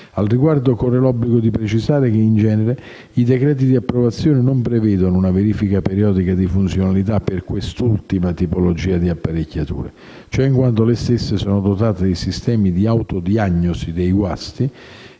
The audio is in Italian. Al riguardo, corre l'obbligo di precisare che in genere i decreti di approvazione non prevedono una verifica periodica di funzionalità per quest'ultima tipologia di apparecchiature. Ciò in quanto le stesse sono dotate di sistemi di autodiagnosi dei guasti